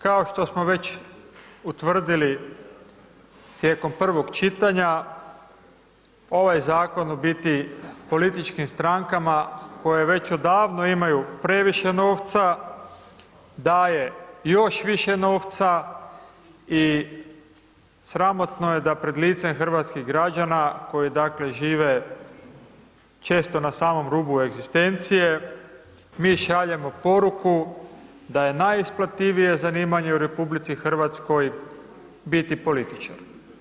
Kao što smo već utvrdili tijekom prvog čitanja, ovaj Zakon u biti političkim strankama koje već odavno imaju previše novca, daje još više novca i sramotno je da pred licem hrvatskih građana, koji dakle žive često na samom rubu egzistencije, mi šaljemo poruku da je najisplativije zanimanje u Republici Hrvatskoj biti političar.